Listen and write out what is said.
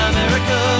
America